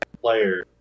player